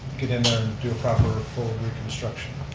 get in there and do a proper full reconstruction.